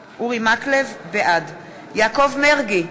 בעד יעקב מרגי,